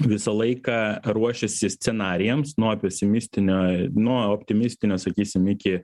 visą laiką ruošėsi scenarijams nuo pesimistinio nuo optimistinio sakysim iki